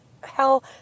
hell